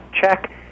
check